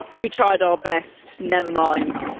we tried our best, nevermind.